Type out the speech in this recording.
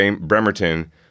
Bremerton